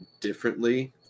differently